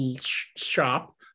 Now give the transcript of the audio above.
shop